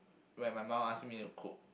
when my mom ask me to cook